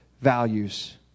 values